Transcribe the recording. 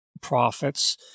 prophets